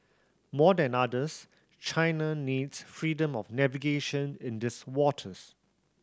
more than others China needs freedom of navigation in these waters